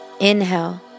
Inhale